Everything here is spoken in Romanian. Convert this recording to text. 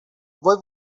voi